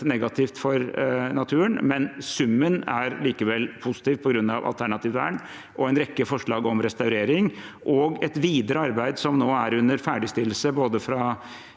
negativt for naturen. Summen er likevel positiv på grunn av alternativt vern, en rekke forslag om restaurering og et videre arbeid som nå er under ferdigstillelse både fra